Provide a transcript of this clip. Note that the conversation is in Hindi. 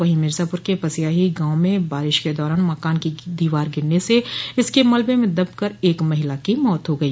वहीं मिर्जापुर के पसियाही गांव में बारिश के दौरान मकान की दीवार गिरने से इसके मलबे में दबकर एक महिला की मौत हो गई